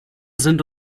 sind